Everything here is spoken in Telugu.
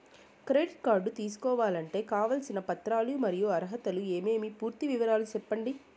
క్రెడిట్ కార్డు తీసుకోవాలంటే కావాల్సిన పత్రాలు మరియు అర్హతలు ఏమేమి పూర్తి వివరాలు సెప్పండి?